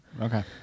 Okay